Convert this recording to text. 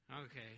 Okay